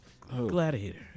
Gladiator